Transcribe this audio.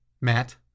Matt